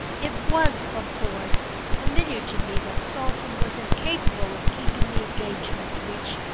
it was of course familiar to me that saltram was incapable of keeping the engagements which,